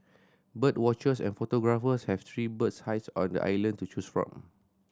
bird watchers and photographers have three bird hides on the island to choose from